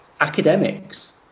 academics